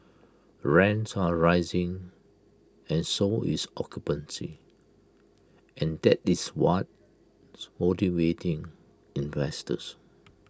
rents are rising and so is occupancy and that is what's motivating investors